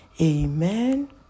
Amen